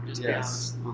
Yes